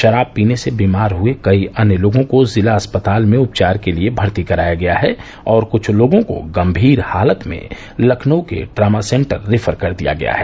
शराब पीने से बीमार हुए कई अन्य लोगों को ज़िला अस्पताल में उपचार के लिये भर्ती कराया गया हैं और कुछ लोगों को गंभीर हालत में लखनऊ के ट्रामा सेंटर रिफ़र कर दिया गया है